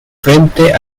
frente